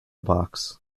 box